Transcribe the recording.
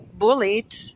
bullied